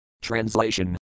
Translation